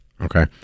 Okay